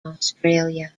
australia